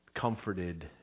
comforted